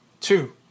two